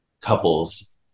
couples